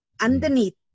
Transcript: underneath